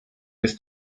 ist